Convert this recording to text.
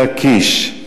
להכיש,